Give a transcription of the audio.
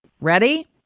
ready